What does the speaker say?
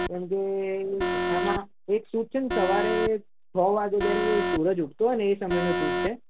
કેમ કે આમાં એક શૂટ છે ન સવારે છ વાગે જ્યારે સૂરજ ઊગતો હોય ને એ સમયનું શૂટ છે